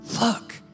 look